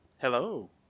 Hello